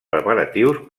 preparatius